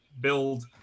build